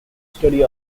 study